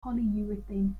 polyurethane